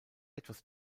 etwas